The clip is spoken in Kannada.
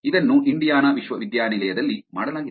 ಇದನ್ನು ಇಂಡಿಯಾನಾ ವಿಶ್ವವಿದ್ಯಾಲಯದಲ್ಲಿ ಮಾಡಲಾಗಿದೆ